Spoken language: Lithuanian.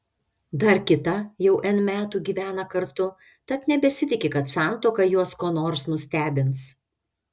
dar kita jau n metų gyvena kartu tad nebesitiki kad santuoka juos kuo nors nustebins